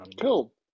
Cool